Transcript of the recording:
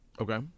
Okay